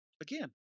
again